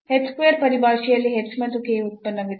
h square ಪರಿಭಾಷೆಯಲ್ಲಿ h ಮತ್ತು k ಉತ್ಪನ್ನವಿದೆ